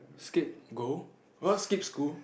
skip go you all skip school